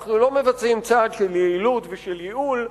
אנחנו לא מבצעים צעד של יעילות ושל ייעול,